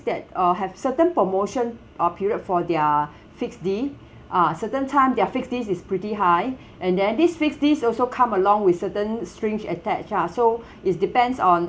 that uh have certain promotion uh period for their fixed D ah certain time their fixed D is pretty high and then this fixed Ds also come along with certain string attached ah so is depends on